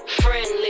friendly